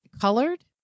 colored